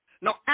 Now